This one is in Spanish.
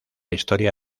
historia